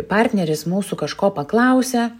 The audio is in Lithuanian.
partneris mūsų kažko paklausia